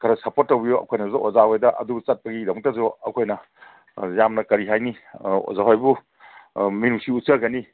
ꯈꯔ ꯁꯞꯄ꯭ꯣꯔꯠ ꯇꯧꯕꯤꯌꯨ ꯑꯩꯈꯣꯏꯅꯁꯨ ꯑꯣꯖꯥ ꯍꯣꯏꯗ ꯑꯗꯨ ꯆꯠꯄꯒꯤꯗꯃꯛꯇꯁꯨ ꯑꯩꯈꯣꯏꯅ ꯌꯥꯝꯅ ꯀꯔꯤ ꯍꯥꯏꯅꯤ ꯑꯣꯖꯥ ꯍꯣꯏꯕꯨ ꯃꯤꯅꯨꯡꯁꯤ ꯎꯠꯆꯒꯅꯤ